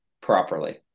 properly